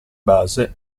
base